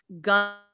gun